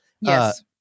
Yes